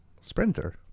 sprinter